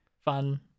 fun